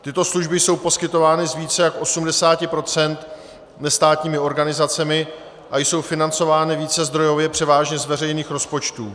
Tyto služby jsou poskytovány z více jak 80 % nestátními organizacemi a jsou financovány vícezdrojově, převážně z veřejných rozpočtů.